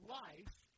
life